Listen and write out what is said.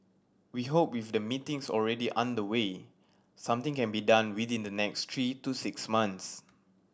we hope with the meetings already underway something can be done within the next three to six months